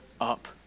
up